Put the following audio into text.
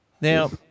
now